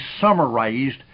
summarized